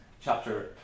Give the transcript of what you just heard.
chapter